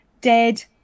dead